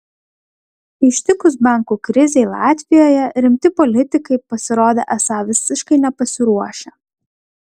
ištikus bankų krizei latvijoje rimti politikai pasirodė esą visiškai nepasiruošę